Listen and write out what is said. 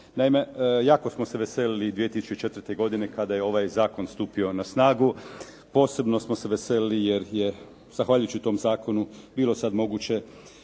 Naime, jako smo se veselili 2004. godine kada je ovaj zakon stupio na snagu. Posebno smo se veselili jer je zahvaljujući tom zakonu bilo sad moguće